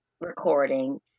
recording